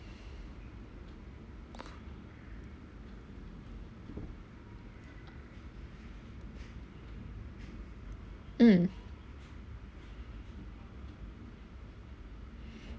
mm